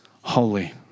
holy